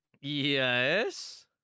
Yes